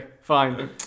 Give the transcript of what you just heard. fine